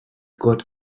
got